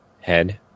head